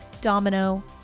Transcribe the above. Domino